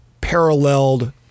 paralleled